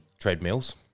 Treadmills